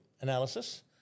analysis